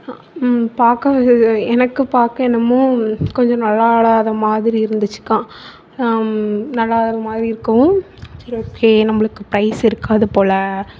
பார்க்க எனக்கு பார்க்க என்னமோ கொஞ்சம் நல்லா இல்லாத மாதிரி இருந்துச்சு கா நல்லா இல்லாத மாதிரி இருக்கவும் சரி ஓகே நம்மளுக்கு ப்ரைஸ் இருக்காது போல